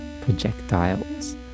projectiles